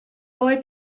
boy